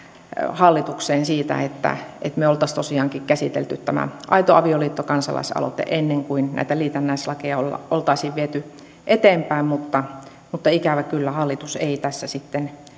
hallitukseen että me olisimme tosiaankin käsitelleet tämän aito avioliitto kansalaisaloitteen ennen kuin näitä liitännäislakeja oltaisiin viety eteenpäin mutta mutta ikävä kyllä hallitus ei tässä sitten